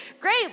Great